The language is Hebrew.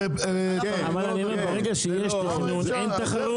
ברגע שיש תכנון אין תחרות.